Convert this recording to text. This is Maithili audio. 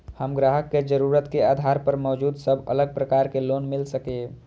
हम ग्राहक के जरुरत के आधार पर मौजूद सब अलग प्रकार के लोन मिल सकये?